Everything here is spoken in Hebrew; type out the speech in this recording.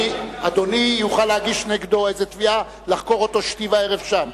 אדוני יוכל להגיש נגדו איזו תביעה לחקור אותו שתי וערב שם.